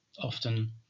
often